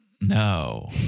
No